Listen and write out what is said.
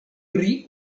pri